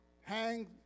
hang